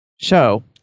show